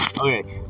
Okay